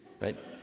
right